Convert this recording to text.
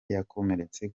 yakomeretse